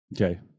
Okay